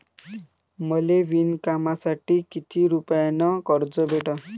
मले विणकामासाठी किती रुपयानं कर्ज भेटन?